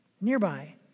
nearby